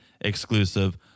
exclusive